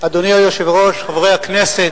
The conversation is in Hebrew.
אדוני היושב-ראש, חברי הכנסת,